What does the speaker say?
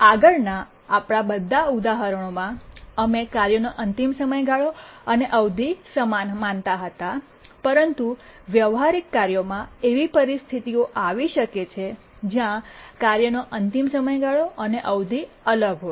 આગળના આપણા બધા ઉદાહરણોમાં અમે કાર્યનો અંતિમ સમયગાળો અને અવધિ સમાન માનતા હતા પરંતુ વ્યવહારિક કાર્યક્રમોમાં એવી પરિસ્થિતિઓ આવી શકે છે જ્યાં કાર્યનો અંતિમ સમયગાળો અને અવધિ અલગ હોય